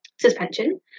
Suspension